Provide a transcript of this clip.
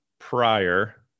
prior